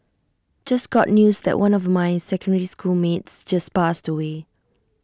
just got news that one of my secondary school mates just passed away